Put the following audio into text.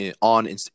on